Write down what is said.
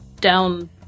down